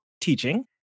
teaching